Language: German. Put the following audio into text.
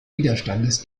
widerstandes